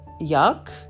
Yuck